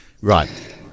Right